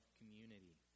community